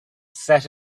set